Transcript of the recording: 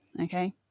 Okay